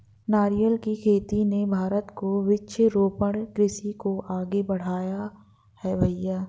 नारियल की खेती ने भारत को वृक्षारोपण कृषि को आगे बढ़ाया है भईया